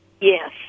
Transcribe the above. yes